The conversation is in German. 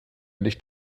nicht